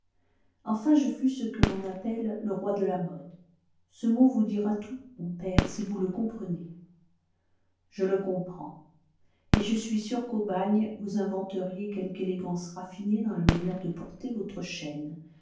enfin je fus ce que l'on appelle le roi de la mode ce mot vous dira tout mon père si vous le comprenez je le comprends et je suis sûr qu'au bagne vous inventeriez quelque élégance raffinée dans la manière de porter votre chaîne